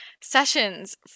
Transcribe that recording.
sessions